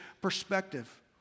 perspective